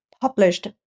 published